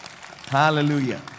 Hallelujah